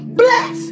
bless